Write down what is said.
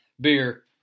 beer